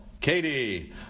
Katie